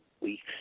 weeks